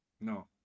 No